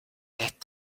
est